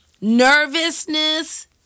nervousness